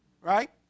Right